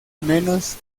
menos